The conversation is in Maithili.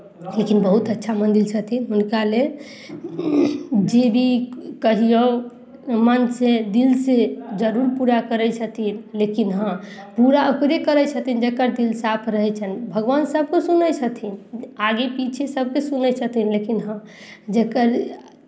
लेकिन बहुत अच्छा मन्दिर छथिन हुनका लेल जे भी कहियौ मनसँ दिलसँ जरूर पूरा करै छथिन लेकिन हँ पूरा ओकरे करै छथिन जकर दिल साफ रहै छनि भगवान सभके सुनै छथिन आगे पीछे सभके सुनै छथिन लेकिन हँ जकर